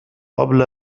قبل